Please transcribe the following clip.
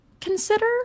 consider